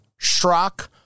shrock